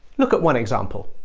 look at one example